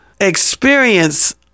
experience